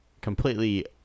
completely